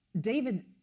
David